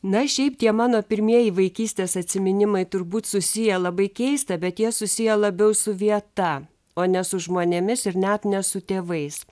na šiaip tie mano pirmieji vaikystės atsiminimai turbūt susiję labai keista bet jie susiję labiau su vieta o ne su žmonėmis ir net ne su tėvais